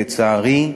לצערי,